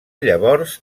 llavors